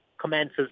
commences